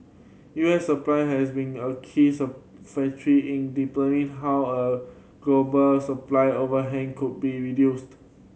U S supply has been a keys of factory in how a global supply overhang could be reduced